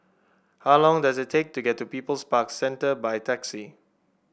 how long does it take to get to People's Park Centre by taxi